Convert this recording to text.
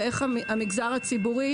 ואיך המגזר הציבורי